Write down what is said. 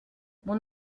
mon